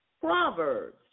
Proverbs